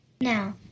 Now